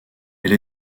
elle